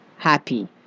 happy